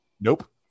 Nope